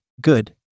Good